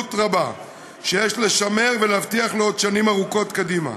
רבה שיש לשמר ולהבטיח לעוד שנים ארוכות קדימה,